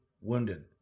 wounded